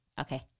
Okay